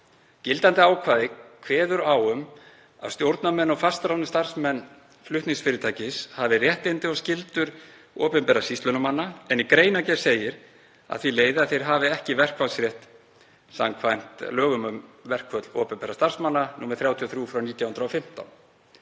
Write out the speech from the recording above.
Gildandi ákvæði kveður á um að stjórnarmenn og fastráðnir starfsmenn flutningsfyrirtækis hafi réttindi og skyldur opinberra sýslunarmanna en í greinargerð segir að af því leiði að þeir hafi ekki verkfallsrétt samkvæmt lögum um verkfall opinberra starfsmanna, nr. 33/1915.